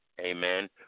amen